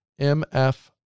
MF